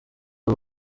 aba